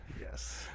Yes